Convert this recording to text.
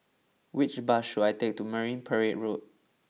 which bus should I take to Marine Parade Road